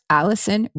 Allison